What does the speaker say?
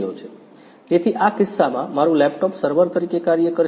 તેથી આ કિસ્સામાં મારું લેપટોપ સર્વર તરીકે કાર્ય કરશે